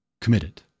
committed